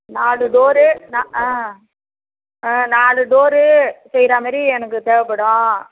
நாலு டோரு நான் ஆ ஆ நாலு டோரு செய்யறா மாரி எனக்கு தேவைப்படும்